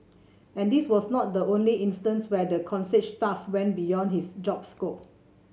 and this was not the only instance where the concierge staff went beyond his job scope